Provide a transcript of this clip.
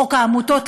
חוק העמותות,